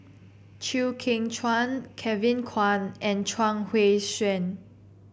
Chew Kheng Chuan Kevin Kwan and Chuang Hui Tsuan